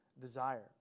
desire